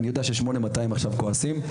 אני יודע ש-8200 עכשיו כועסים,